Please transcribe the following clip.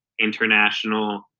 international